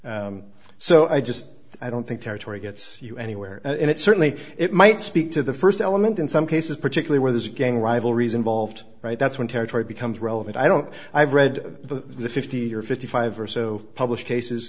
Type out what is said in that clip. case so i just i don't think territory gets you anywhere and it certainly it might speak to the first element in some cases particularly where there's a gang rivalries involved right that's when territory becomes relevant i don't i've read the fifty or fifty five or so published cases